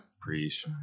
Preach